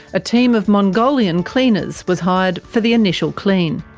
a team of mongolian cleaners was hired for the initial clean.